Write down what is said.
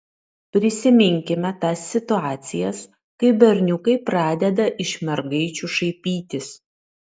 prisiminkime tas situacijas kai berniukai pradeda iš mergaičių šaipytis